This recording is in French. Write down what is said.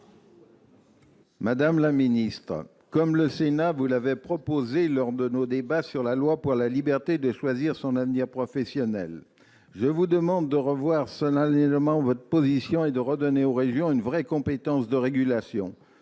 Madame la ministre, comme le Sénat vous l'avait proposé lors de nos débats sur la loi pour la liberté de choisir son avenir professionnel, je vous demande solennellement de revoir votre position et de redonner aux régions une vraie compétence de régulation.